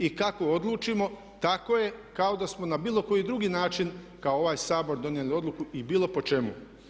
I kako odlučimo tako je kao da smo na bilo koji drugi način kao ovaj Sabor donijeli odluku i bilo po čemu.